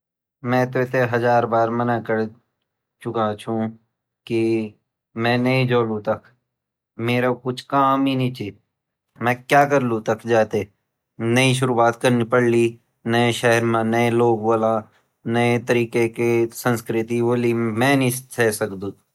मैं तवेते हज़ार बार मना कर चुक्यो छो की मैं नि जोलु ताख मेरु कुछ काम ही नी ची मै क्या कालू ताख जैते शुरुवात कन पडली नया शहर मा नया लोग वोला नया तरीके संस्कृति वोली मै नी सेह सकदु।